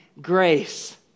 grace